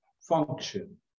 function